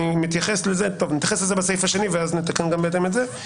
נתייחס לזה בסעיף השני ואז נתקן גם את זה בהתאם.